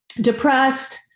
depressed